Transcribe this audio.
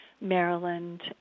Maryland